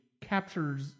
captures